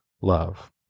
love